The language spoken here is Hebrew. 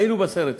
היינו בסרט הזה.